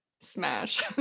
smash